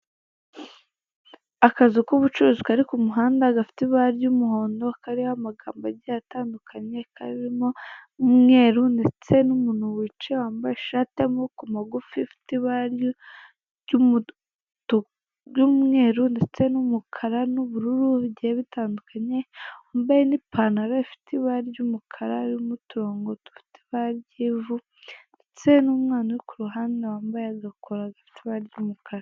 Akazu k'ubucuruzi kari ku muhanda gafite ibara ry'umuhondo kariho amagambo agiye atandukanye, karimo umweru ndetse n'umuntu wicaye wambaye ishati y'amaboko magufi ifite ibara ry'umutuku ry'umweru ndetse n'umukara n'ubururu bigiye bitandukanye, wambaye n'ipantaro ifite ibara ry'umukara ririmo uturongo tw'utubara ry'ivu ndetse n'umwana uri ku ruhande wambaye agakora gatoya k'umukara.